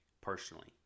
personally